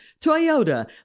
Toyota